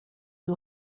you